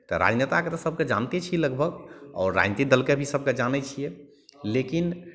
तऽ राजनेताकेँ तऽ सभकेँ जानिते छिए लगभग आओर राजनीतिक दलकेँ भी सभकेँ जानै छिए लेकिन